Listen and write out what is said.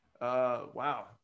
Wow